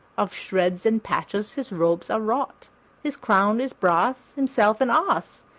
of shreds and patches his robes are wrought, his crown is brass, himself an ass,